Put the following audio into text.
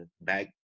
back